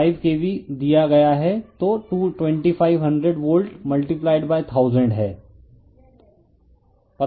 तो 2500 volt multiplied by 1000 हैं